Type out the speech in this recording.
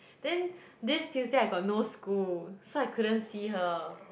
then this Tuesday I got no school so I couldn't see her